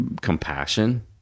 compassion